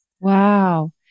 Wow